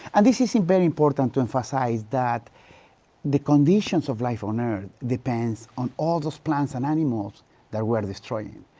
and this is, ah, very important to emphasize that the conditions of life on earth depends on all those plants and animals that we're destroying,